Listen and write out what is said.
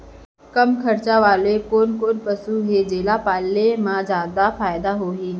कम खरचा वाले कोन कोन पसु हे जेला पाले म जादा फायदा होही?